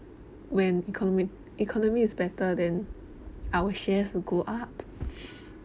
when economy economy is better then our shares will go up